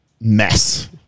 mess